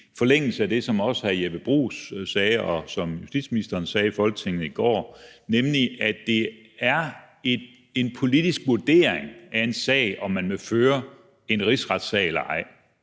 forlængelse af det, som også hr. Jeppe Bruus sagde, og som justitsministeren sagde i Folketinget i går, nemlig at det er en politisk vurdering af en sag, om man vil føre en rigsretssag eller ej.